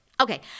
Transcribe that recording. Okay